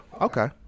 Okay